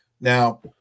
Now